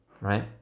right